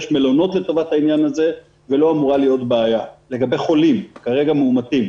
יש מלונות לטובת העניין הזה ולא אמורה להיות בעיה לגבי חולים מאומתים.